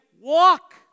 walk